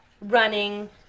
running